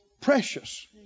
precious